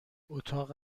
اتاق